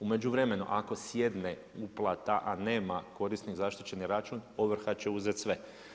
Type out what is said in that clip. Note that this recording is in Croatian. U međuvremenu ako sjedne uplata a nema korisnik zaštićeni račun, ovrha će uzeti sve.